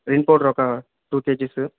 Rin powder ఒక two kgs